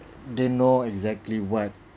they know exactly what